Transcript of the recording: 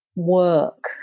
work